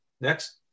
Next